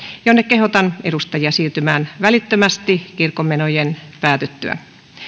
jonne kehotan edustajia siirtymään välittömästi kirkonmenojen päätyttyä